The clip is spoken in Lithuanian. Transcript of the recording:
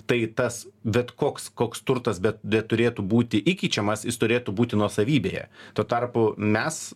tai tas bet koks koks turtas bet bet turėtų būti įkeičiamas jis turėtų būti nuosavybėje tuo tarpu mes